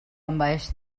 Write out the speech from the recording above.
envaeix